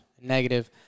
negative